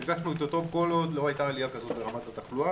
והרגשנו איתו טוב כל עוד לא הייתה עלייה כזאת ברמה התחלואה.